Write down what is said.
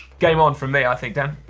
game on for me, i think dan.